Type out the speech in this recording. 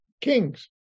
kings